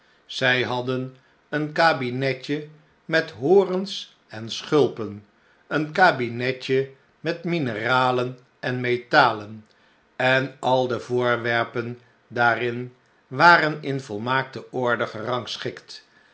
zij hadden een kabinetje met horens en schulpen een kabinetje met mineralen en metalen en al de voorwerpen daarin waren in volmaakte orde